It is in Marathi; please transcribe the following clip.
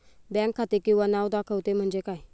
बँक खाते किंवा नाव दाखवते म्हणजे काय?